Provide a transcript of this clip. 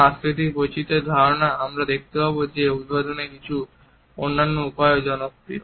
সাংস্কৃতিক বৈচিত্র্যের কারণে আমরা দেখতে পাই যে অভিবাদনের কিছু অন্যান্য উপায়ও জনপ্রিয়